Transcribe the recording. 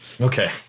Okay